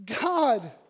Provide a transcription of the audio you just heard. God